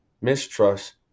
mistrust